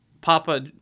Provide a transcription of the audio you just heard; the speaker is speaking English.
Papa